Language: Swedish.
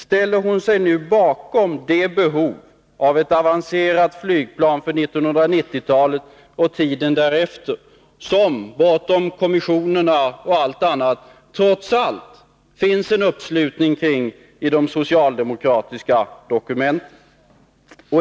Ställer hon sig bakom den uppfattningen att det behövs ett avancerat flygplan för 1990-talet och tiden därefter — en uppfattning som det, bortom kommissionerna och allt annat, trots allt finns en uppslutning kring i de socialdemokratiska dokumenten?